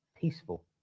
peaceful